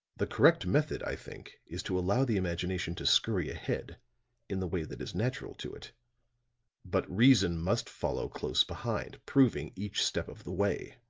the correct method, i think, is to allow the imagination to scurry ahead in the way that is natural to it but reason must follow close behind, proving each step of the way.